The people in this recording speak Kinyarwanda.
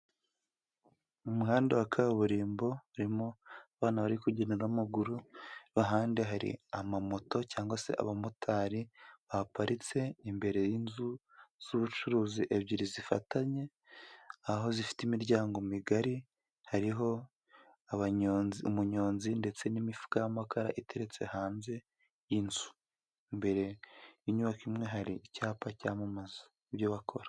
Mu muhanda wa kaburimbo haririmo abana bari kugenda n'amaguru, bahande hari amamoto cyangwa se aba motari bahaparitse imbere y'inzu z'ubucuruzi ebyiri zifatanye, aho zifite imiryango migari hariho abanyonzi, umunyonzi ndetse n'imifuka y'amakara iteretse hanze y'inzu imbere y'inyubako imwe hari icyapa cyamamaza ibyo bakora.